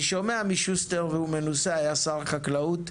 אני שומע משוסטר, והוא מנוסה היה שר החקלאות,